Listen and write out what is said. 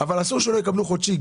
אבל אסור שהם לא יקבלו חודשי.